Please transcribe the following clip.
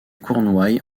cornouailles